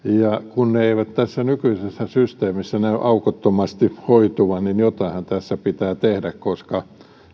kun ne eivät tässä nykyisessä systeemissä näy aukottomasti hoituvan niin jotainhan tässä pitää tehdä koska